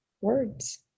words